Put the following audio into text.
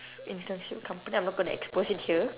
internship company I'm not gonna expose it here